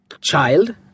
child